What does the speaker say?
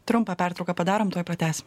trumpą pertrauką padarom tuoj pratęsim